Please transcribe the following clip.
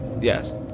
Yes